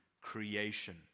creation